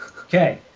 Okay